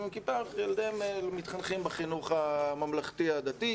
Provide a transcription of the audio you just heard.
עם כיפה וילדיהם מתחנכים בחינוך הממלכתי דתי,